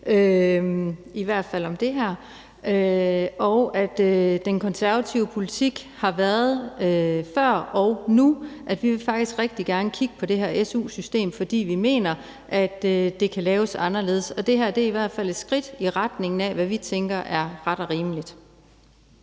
i hvert fald om det her, og at den konservative politik har været før og nu, at vi faktisk rigtig gerne vil kigge på det her su-system, fordi vi mener, at det kan laves anderledes, og det her er i hvert et skridt i retning af, hvad vi tænker er ret og rimeligt.